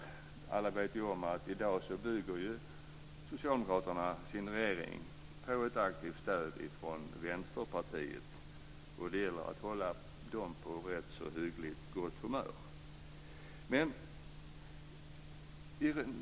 Alla vet att socialdemokraterna i dag bygger sin regering på ett aktivt stöd från Vänsterpartiet, och det gäller att hålla vänsterpartisterna på rätt hyggligt gott humör.